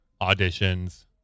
auditions